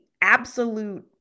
absolute